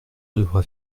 devra